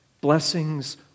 blessings